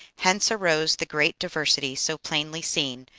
hence arose the great diversity, so plainly seen,